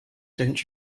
don’t